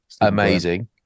amazing